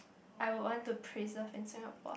I would want to preserved in Singapore